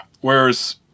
Whereas